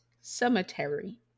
cemetery